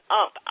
up